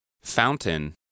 Fountain